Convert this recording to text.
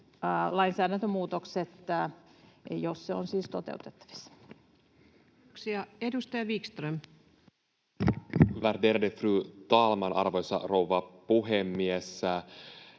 lainsäädäntömuutokset, jos se on siis toteutettavissa. Kiitoksia. — Edustaja Wickström. Värderade fru talman, arvoisa rouva puhemies!